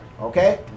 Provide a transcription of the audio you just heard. Okay